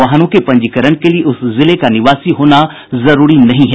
वाहनों के पंजीकरण के लिए उस जिले का निवासी होना जरूरी नहीं है